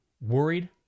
worried